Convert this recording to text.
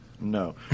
No